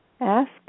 Ask